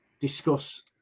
discuss